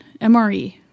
MRE